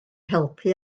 helpu